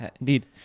indeed